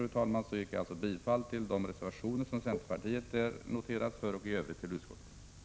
Med det anförda yrkar jag bifall till de reservationer som centerpartiet har undertecknat och i övrigt till utskottets hemställan.